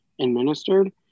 administered